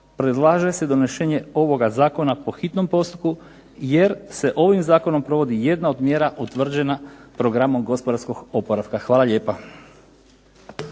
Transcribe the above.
predlaže se donošenje ovoga zakona po hitnom postupku jer se ovim zakonom provodi jedna od mjera utvrđena Programom gospodarskog oporavka. Hvala lijepa.